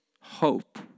hope